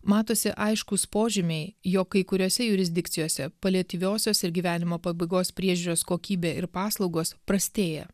matosi aiškūs požymiai jog kai kuriose jurisdikcijose paliatyviosios ir gyvenimo pabaigos priežiūros kokybė ir paslaugos prastėja